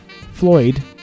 Floyd